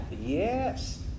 yes